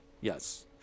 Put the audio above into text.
yes